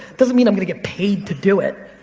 doesn't mean i'm gonna get paid to do it.